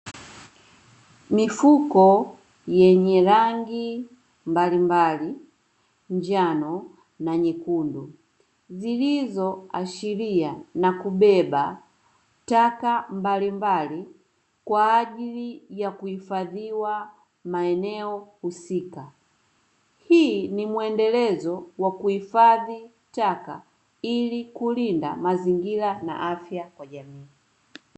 Mifuko yenye rangi mbalimbali njano na nyekundu zilizoashiria na kubeba taka mbalimbali kwa ajili ya kuhifadhiwa maeneo husika, hii ni muendelezo wa kuhifadhi taka ili kulinda mazingira na afya kwa jamii.